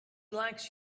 likes